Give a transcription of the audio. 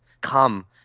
come